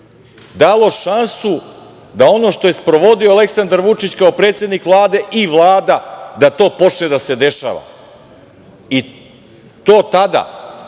dalo šansu da ono što je sprovodio Aleksandar Vučić kao predsednik Vlade i Vlada, da to počne da se dešava, i to tada